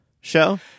show